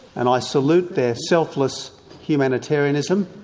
and i salute their selfless humanitarianism,